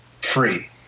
free